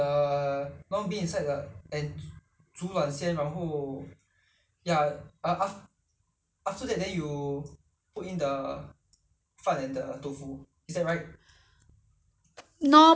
normally you don't cook the rice the rice is s~ separate [one] you ju~ you just put in the bowl only after that you have t~ after you cook everything you just pour in pour the soup inside you don't cook the rice